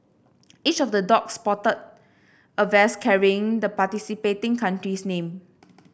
each of the dog sported a vest carrying the participating country's name